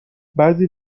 بعضی